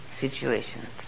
situations